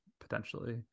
potentially